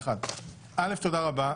קודם כול תודה רבה.